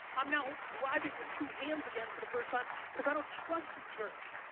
i'm now driving with two hands again for the first time cause i don't trust you jerks.